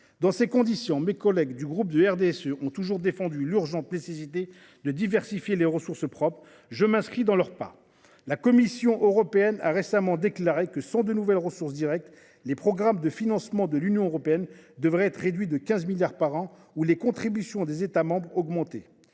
Aussi, mes collègues du groupe RDSE ont toujours défendu l’urgente nécessité de diversifier les ressources propres. Je m’inscris dans leurs pas. La Commission européenne a récemment déclaré que, sans nouvelles ressources propres, les programmes de financement de l’Union européenne devraient être réduits de 15 milliards d’euros par an ou que les contributions des États membres devaient